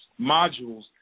modules